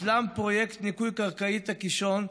הושלם פרויקט ניקוי קרקעית הקישון,